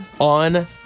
on